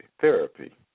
Therapy